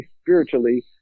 spiritually